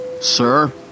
Sir